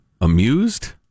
amused